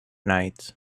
night